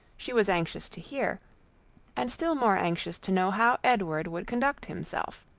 she was anxious to hear and still more anxious to know how edward would conduct himself.